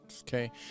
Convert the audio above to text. okay